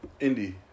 indie